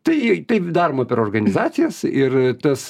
tai taip daroma per organizacijas ir tas